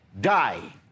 die